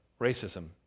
racism